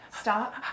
Stop